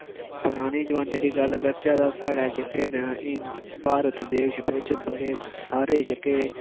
पराने जमाने दी गल्ल करचै तां साढ़ै जेह्के न एह् भारत देश बिच बड़े सारे जेह्के